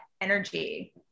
energy